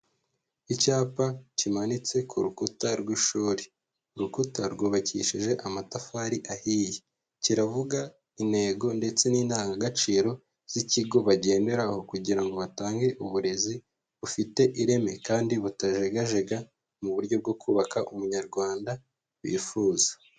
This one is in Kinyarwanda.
Icyapa kimanitse ku rukuta rw'ishuri, urukuta rwubakishije amatafari ahiye, kiravuga intego ndetse n'indangagaciro z'ikigo bagenderaho kugira ngo batange uburezi bufite ireme, kandi butajegajega mu buryo bwo kubaka Umunyarwanda bifuza.